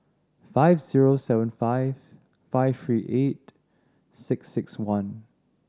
five zero seven five five three eight six six one